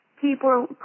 people